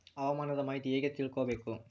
ಹವಾಮಾನದ ಮಾಹಿತಿ ಹೇಗೆ ತಿಳಕೊಬೇಕು?